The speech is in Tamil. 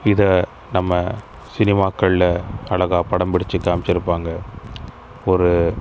இதை நம்ம சினிமாக்களில் அழகாக படம் பிடித்து காமிச்சிருப்பாங்க ஒரு